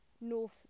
north